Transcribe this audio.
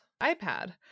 iPad